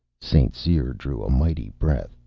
st. cyr drew a mighty breath,